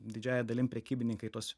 didžiąja dalim prekybininkai tuos